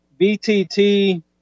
BTT